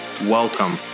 welcome